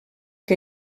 que